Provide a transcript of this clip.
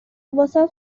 واست